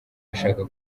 ashaka